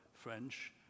French